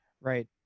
right